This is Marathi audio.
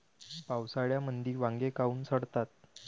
पावसाळ्यामंदी वांगे काऊन सडतात?